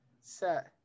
Set